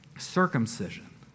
circumcision